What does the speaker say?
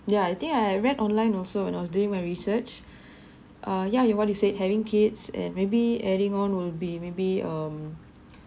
ya I think I read online also when I was doing my research ah ya what you said having kids and maybe adding on will be maybe um